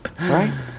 Right